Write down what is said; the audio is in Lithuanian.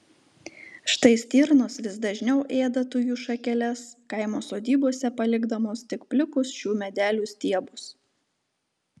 štai stirnos vis dažniau ėda tujų šakeles kaimo sodybose palikdamos tik plikus šių medelių stiebus